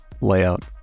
layout